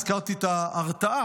הזכרתי את ההרתעה,